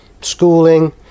schooling